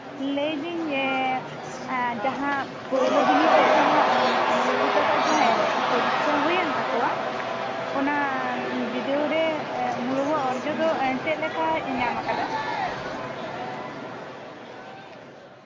ᱞᱟᱹᱭ ᱫᱤᱧ ᱡᱮ ᱡᱟᱦᱟᱸ ᱯᱳᱭᱞᱳ ᱵᱤᱱᱤᱰ ᱨᱮ ᱡᱟᱦᱟᱸ ᱩᱢᱟᱹᱞ ᱵᱟ ᱵᱩ ᱛᱟᱠᱚᱣᱟᱜ ᱡᱟᱦᱟᱸ ᱯᱚᱨᱤᱠᱠᱷᱟ ᱦᱩᱭᱮᱱ ᱛᱟᱠᱚᱣᱟ ᱚᱱᱟ ᱵᱤᱰᱟᱹᱣ ᱨᱮ ᱮᱸᱜ ᱩᱢᱟᱹᱞ ᱵᱟ ᱵᱩᱣᱟᱜ ᱚᱨᱡᱚ ᱫᱚ ᱪᱮᱫᱞᱮᱠᱟᱭ ᱧᱟᱢᱟᱠᱟᱫᱟ